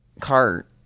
cart